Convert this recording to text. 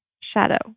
Shadow